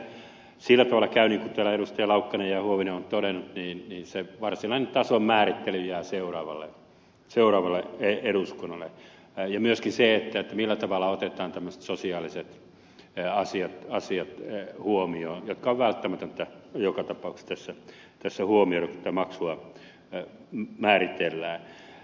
kyllähän tässä sillä tavalla käy niin edustajat laukkanen ja huovinen ovat todenneet että se varsinainen tason määrittely jää seuraavalle eduskunnalle ja myöskin se millä tavalla otetaan tämmöiset sosiaaliset asiat huomioon jotka on välttämätöntä joka tapauksessa tässä huomioida kun tätä maksua määritellään